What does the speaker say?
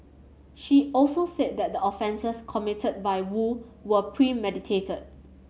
she also said that the offences committed by Woo were premeditated